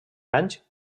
anys